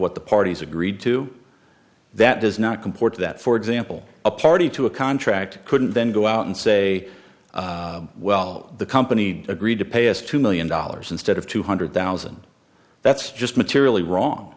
what the parties agreed to that does not comport that for example a party to a contract couldn't then go out and say well the company agreed to pay us two million dollars instead of two hundred thousand that's just materially